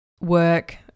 work